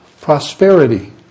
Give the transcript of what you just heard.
prosperity